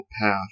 path